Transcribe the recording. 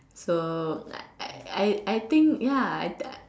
so I I I I think ya I think I